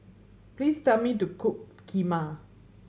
please tell me to cook Kheema